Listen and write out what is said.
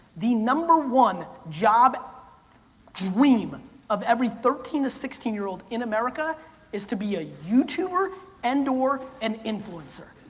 the number one job dream, and of every thirteen to sixteen year old in america is to be a youtuber and or an influencer.